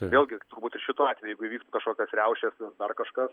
vėlgi turbūt ir šituo atveju jeigu įvyktų kažkokios riaušės ar dar kažkas